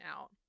out